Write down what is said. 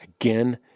again